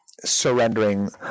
surrendering